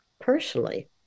personally